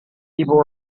people